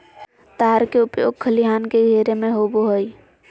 तार के उपयोग खलिहान के घेरे में होबो हइ